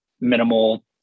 minimal